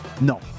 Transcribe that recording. No